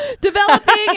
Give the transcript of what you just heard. Developing